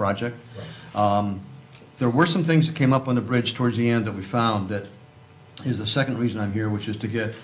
project there were some things that came up on the bridge towards the end of we found that is the second reason i'm here which is to get